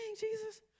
Jesus